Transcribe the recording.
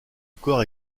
corps